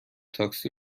تاکسی